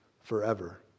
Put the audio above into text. forever